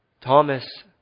Thomas